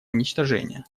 уничтожения